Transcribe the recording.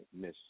Miss